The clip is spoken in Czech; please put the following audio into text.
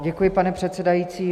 Děkuji, pane předsedající.